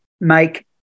make